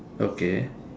okay